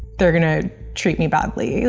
they're gonna treat me badly, you